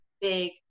big